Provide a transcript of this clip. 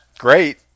great